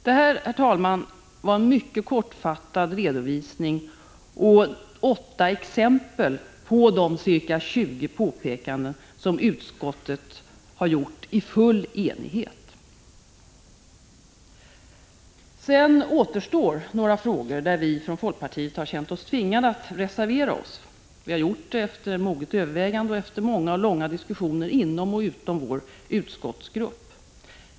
Detta, herr talman, var en mycket kortfattad redovisning av 6 exempel på de ca 20 påpekanden som utskottet har gjort i full enighet. Sedan återstår några frågor där vi från folkpartiet har känt oss tvingade att reservera oss. Vi har gjort det efter moget övervägande och efter många och långa diskussioner inom och utom vår utskottsgrupp.